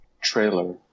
trailer